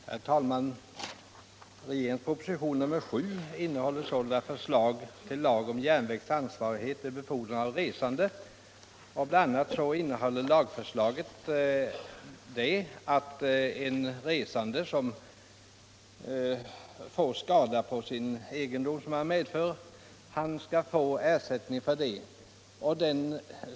Herr talman! Regeringens proposition nr 7, med förslag till lag om järnvägs ansvarighet vid befordran av resande, innebär bl.a. att en resande skall få ersättning om skada uppstår på egendom som han medför.